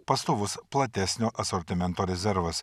pastovus platesnio asortimento rezervas